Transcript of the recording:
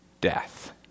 death